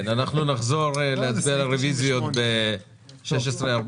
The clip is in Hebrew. אנחנו נחזור להצביע על הרוויזיות ב-18:45.